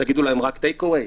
תגידו להם רק טייק אוויי?